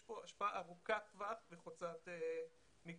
יש כאן השפעה ארוכת טווח וחוצת מגזרים.